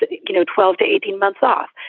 but you know, twelve to eighteen months off.